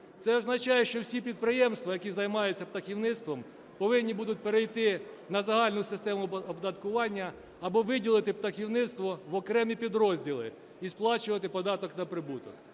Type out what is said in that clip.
Це означає, що всі підприємства, які займаються птахівництвом, повинні будуть перейти на загальну систему оподаткування, або виділити птахівництво в окремі підрозділи і сплачувати податок на прибуток.